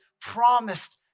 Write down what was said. promised